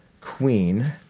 queen